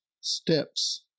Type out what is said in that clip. steps